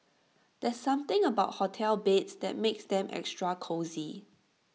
there's something about hotel beds that makes them extra cosy